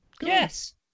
Yes